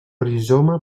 rizoma